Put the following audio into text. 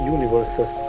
Universes